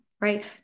Right